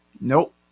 Nope